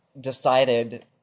decided